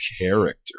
character